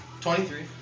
23